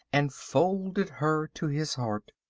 and folded her to his heart.